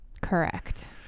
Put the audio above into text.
Correct